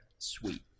Sweet